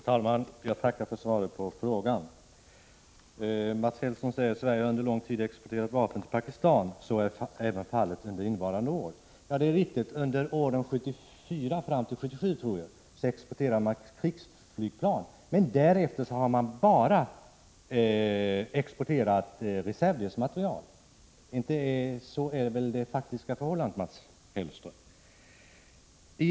Herr talman! Jag tackar för svaret på frågan. Mats Hellström säger: ”Sverige har under lång tid exporterat vapen till Pakistan. Så är fallet även under innevarande år.” Det är riktigt. Under åren 1974-1977 exporterade man krigsflygplan, men därefter har man bara exporterat reservdelsmateriel — det är väl det faktiska förhållandet, Mats Hellström?